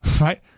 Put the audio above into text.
Right